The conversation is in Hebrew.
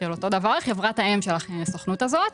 של חברת האם של הסוכנות הזאת.